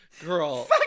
girl